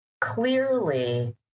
clearly